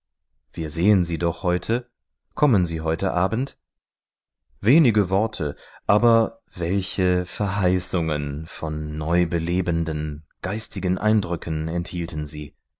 wir sehen sie doch heute kommen sie heute abend wenige worte aber welche verheißungen von neubelebenden geistigen eindrücken enthielten sie